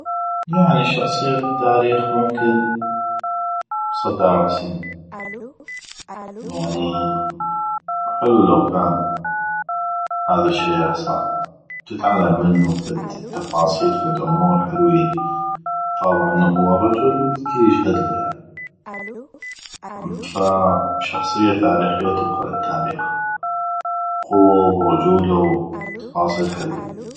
يعني شخصية للتاريخ ممكن صدام حسين يعني حلو لو كان هذا الشئ يحصل تتعلم منو فد تفاصيل فد امور حلوي طابع انو هو رجل الكل يشهدلو ف شخصيه تاريخيه وتبقى للتاريخ قوة ورجوله وتفاصيل حلوي